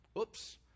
Oops